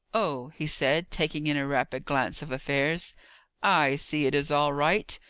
oh, he said, taking in a rapid glance of affairs i see it is all right.